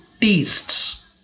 tastes